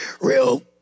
real